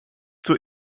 zur